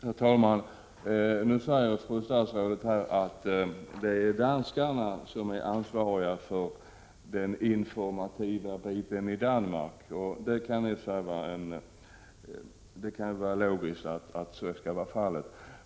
Herr talman! Nu säger fru statsrådet att det är danskarna som är ansvariga för den informativa biten i Danmark. Det kan i och för sig vara logiskt att så skall vara fallet.